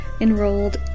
enrolled